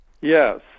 yes